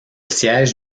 siège